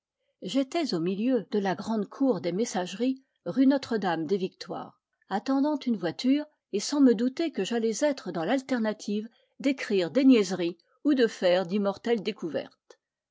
j'étais au milieu de la grande cour des messageries rue notre damedes victoires attendant une voiture et sans me douter que j'allais être dans l'alternative d'écrire des niaiseries ou de faire d'immortelles découvertes